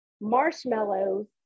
marshmallows